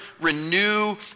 renew